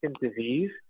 disease